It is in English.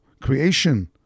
creation